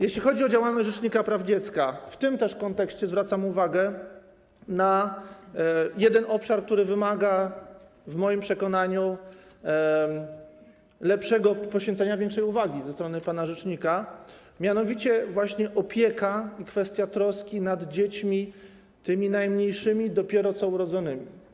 Jeśli chodzi o działalność rzecznika praw dziecka, w tym też kontekście zwracam uwagę na jeden obszar, który wymaga w moim przekonaniu poświęcenia większej uwagi ze strony pana rzecznika, mianowicie właśnie opieka i kwestia troski nad dziećmi tymi najmniejszymi, dopiero co urodzonymi.